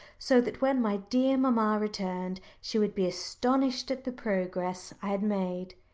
so that when my dear mamma returned she would be astonished at the progress i had made.